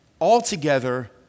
altogether